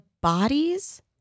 bodies